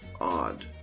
Odd